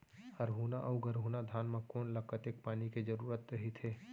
हरहुना अऊ गरहुना धान म कोन ला कतेक पानी के जरूरत रहिथे?